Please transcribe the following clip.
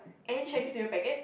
and Chinese-New-Year packets